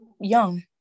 young